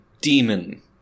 demon